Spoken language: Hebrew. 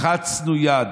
לחצנו יד".